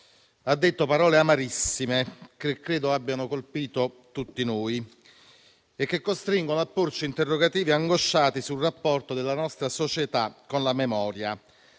ha detto parole amarissime, che credo abbiano colpito tutti noi e che costringono a porci interrogativi angosciati sul rapporto della nostra società con la memoria,